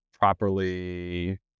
properly